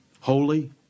holy